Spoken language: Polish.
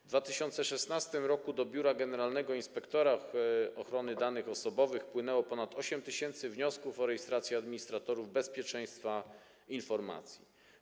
W 2016 r. do Biura Generalnego Inspektora Ochrony Danych Osobowych wpłynęło ponad 8 tys. wniosków o rejestrację administratorów bezpieczeństwa informacji.